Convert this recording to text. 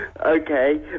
Okay